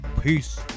peace